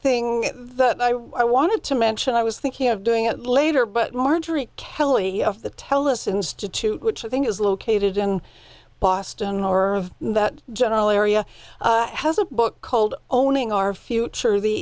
something that i wanted to mention i was thinking of doing it later but marjorie kelley of the telus institute which i think is located in boston or that general area has a book called owning our future the